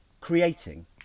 creating